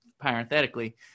parenthetically